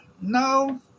No